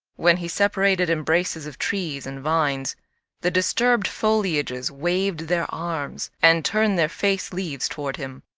when he separated embraces of trees and vines the disturbed foliages waved their arms and turned their face leaves toward him.